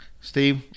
Steve